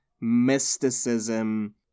mysticism